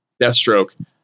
Deathstroke